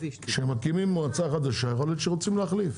כשמקימים מועצה חדשה, אולי רוצים להחליף.